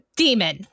demon